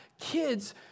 kids